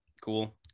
Cool